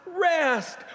rest